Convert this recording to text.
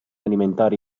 alimentari